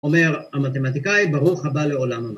‫אומר המתמטיקאי, ‫ברוך הבא לעולם המ..